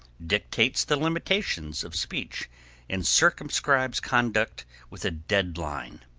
dictates the limitations of speech and circumscribes conduct with a dead-line.